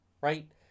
right